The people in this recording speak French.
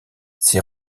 ces